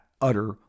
utter